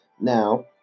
Now